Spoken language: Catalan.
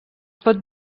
pot